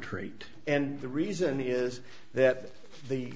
arbitrate and the reason is that the